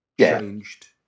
changed